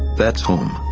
that's home.